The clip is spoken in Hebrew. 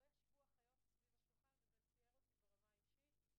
לא ישבו אחיות סביב השולחן וזה ציער אותי ברמה האישית.